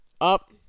up